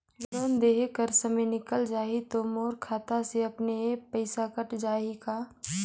Loan देहे कर समय निकल जाही तो मोर खाता से अपने एप्प पइसा कट जाही का?